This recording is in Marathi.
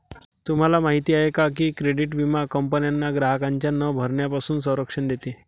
तुम्हाला माहिती आहे का की क्रेडिट विमा कंपन्यांना ग्राहकांच्या न भरण्यापासून संरक्षण देतो